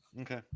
Okay